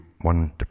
one